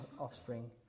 offspring